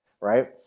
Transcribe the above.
right